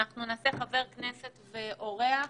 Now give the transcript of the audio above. חבר הכנסת עידן רול,